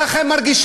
ככה הם מרגישים.